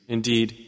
Indeed